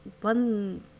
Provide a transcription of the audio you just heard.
one